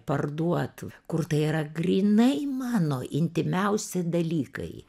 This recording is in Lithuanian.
parduot kur tai yra grynai mano intymiausi dalykai